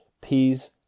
peas